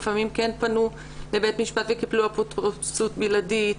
לפעמים כן פנו לבית משפט וקיבלו אפוטרופסות בלעדית.